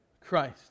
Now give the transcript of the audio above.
Christ